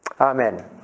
Amen